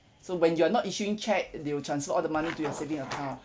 so when you're not issuing cheque they will transfer all the money to your saving account